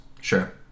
Sure